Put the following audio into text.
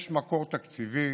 יש מקור תקציבי,